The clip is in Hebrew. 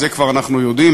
את זה כבר אנחנו יודעים,